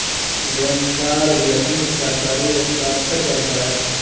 लेनदार भी अपनी इच्छानुसार ही हस्ताक्षर करता है